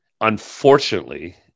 Unfortunately